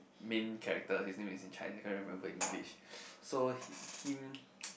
main character his name is in Chinese I can't remember English so him